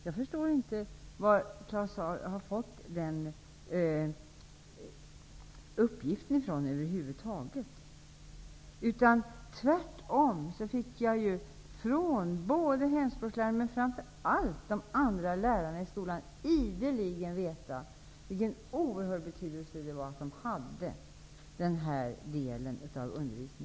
Jag förstår inte var Claus Zaar har fått sina uppgifter ifrån. Tvärtom fick jag, från hemspråkslärarna men framför allt från de andra lärarna i skolan, ideligen veta hur oerhört betydelsefullt det var att eleverna fick undervisning i sitt hemspråk.